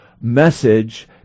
message